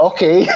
Okay